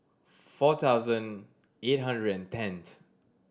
four thousand eight hundred and tenth